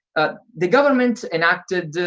the government enacted,